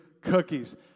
cookies